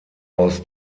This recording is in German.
aus